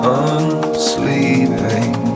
unsleeping